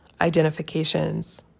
identifications